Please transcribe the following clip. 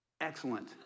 Excellent